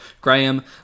Graham